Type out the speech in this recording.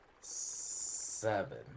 Seven